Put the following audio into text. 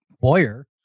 boyer